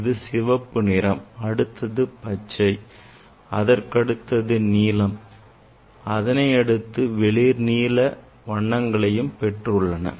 இது சிவப்பு நிறம் அடுத்தது பச்சை அதற்கடுத்தது நீலம் அதனை அடுத்து வெளிர் நீல வண்ணங்களையும் பெற்றுள்ளன